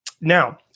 Now